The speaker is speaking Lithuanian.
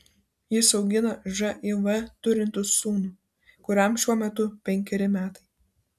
jis augina živ turintį sūnų kuriam šiuo metu penkeri metai